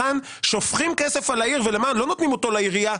שופכים כסף על העיר ולא נותנים אותו לעירייה,